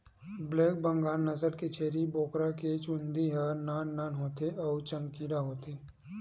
black Bengal नसल के छेरी बोकरा के चूंदी ह नान नान होथे अउ चमकीला होथे